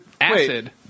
acid